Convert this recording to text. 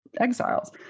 exiles